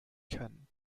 kennen